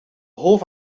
hoff